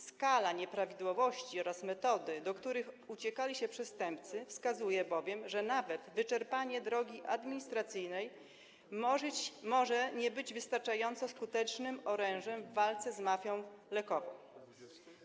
Skala nieprawidłowości oraz metody, do których uciekali się przestępcy, wskazują, że nawet wyczerpanie drogi administracyjnej może nie być wystarczająco skutecznym orężem w walce z mafią lekową.